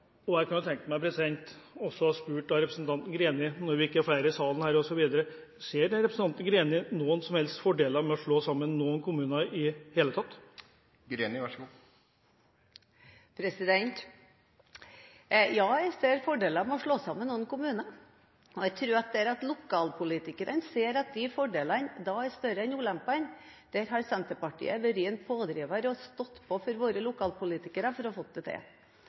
marsjen? Jeg kunne også tenkt meg å spørre representanten Greni, når vi ikke er flere i salen her osv.: Ser da representanten noen som helst fordeler med å slå sammen noen kommuner i det hele tatt? Ja, jeg ser fordeler med å slå sammen noen kommuner, og jeg tror at der lokalpolitikere ser at fordelene er større enn ulempene, har Senterpartiet vært en pådriver og stått på overfor våre lokalpolitikere for å ha fått det til.